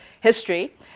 history